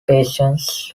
patients